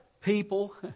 people